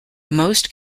most